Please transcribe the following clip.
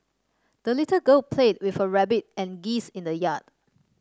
the little girl played with her rabbit and geese in the yard